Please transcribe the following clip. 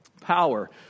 power